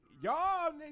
Y'all